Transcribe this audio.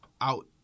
out